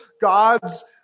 God's